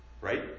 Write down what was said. Right